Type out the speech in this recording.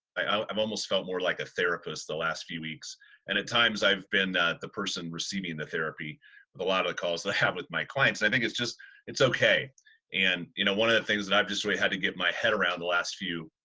i um almost felt more like a therapist the last few weeks and at times i've been that the person receiving the therapy with a lot of the calls they have with my clients i think it's just it's okay and you know one of the things that i've just way had to get my head around the last few